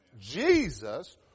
Jesus